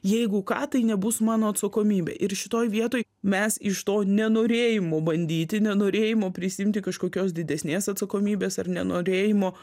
jeigu ką tai nebus mano atsakomybė ir šitoj vietoj mes iš to nenorėjimo bandyti nenorėjimo prisiimti kažkokios didesnės atsakomybės ar nenorėjimo